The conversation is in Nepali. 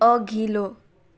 अघिल्लो